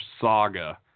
saga